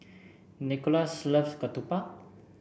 Nicolas loves Ketupat